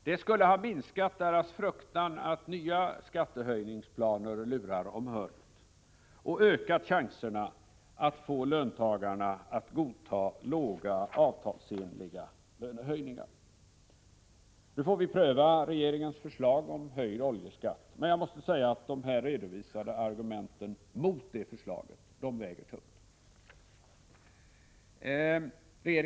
Det skulle ha minskat deras fruktan att nya skattehöjningsplaner lurar om hörnet och ökat chanserna att få löntagarna att godta låga avtalsenliga lönehöjningar. Nu får vi pröva regeringens förslag om höjd oljeskatt, men jag måste säga att de här redovisade argumenten mot det förslaget väger tungt.